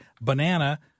banana